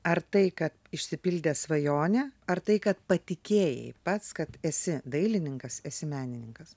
ar tai kad išsipildė svajonė ar tai kad patikėjai pats kad esi dailininkas esi menininkas